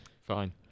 fine